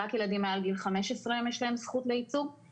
רק ילדים מעל גיל 15 יש להם זכות לייצוג,